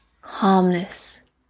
calmness